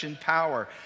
power